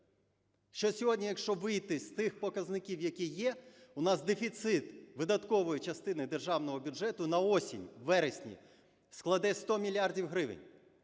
Що сьогодні, якщо вийти з тих показників, які є, у нас дефіцит видаткової частини державного бюджету на осінь, у вересні складе 100 мільярдів